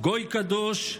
"גוי קדוש,